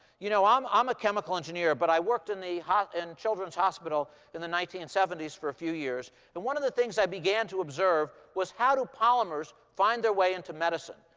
you know, i'm um a chemical engineer but i worked in the and children's hospital in the nineteen seventy s for a few years. and one of the things i began to observe was how do polymers find their way into medicine?